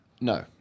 No